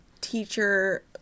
teacher